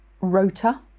rotor